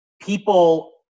People